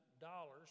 dollars